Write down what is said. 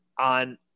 on